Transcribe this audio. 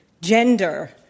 gender